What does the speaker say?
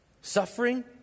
Suffering